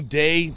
day